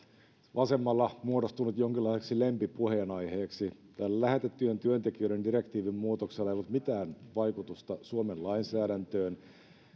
vasemmalla muodostunut jonkinlaiseksi lempipuheenaiheeksi tänne lähetettyjen työntekijöiden direktiivin muutoksella ei ollut mitään vaikutusta suomen lainsäädäntöön